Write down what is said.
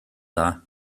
dda